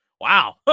Wow